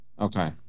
Okay